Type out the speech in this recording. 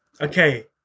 Okay